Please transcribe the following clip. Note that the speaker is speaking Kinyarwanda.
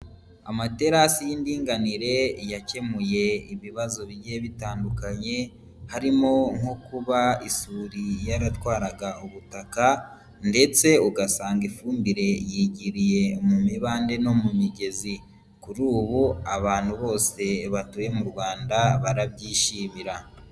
Amaterasi y'indinganire yakemuye ibibazo bigiye bitandukanye, harimo nko kuba isuri yaratwaraga ubutaka ndetse ugasanga ifumbire yigiriye mu mibande no mu migezi, kuri ubu abantu bose batuye mu Rwanda barabyishimira.